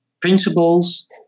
principles